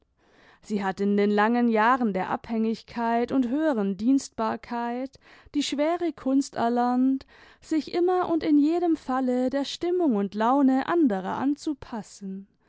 sie hat in den langen jahren der abhängigkeit imd höheren dienstbaieit die schwere kunst erlernt sich immer imd in jedem falle der stimmung und laime anderer anzupassen